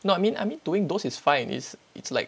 no I mean I mean doing those is fine it's it's like